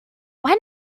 when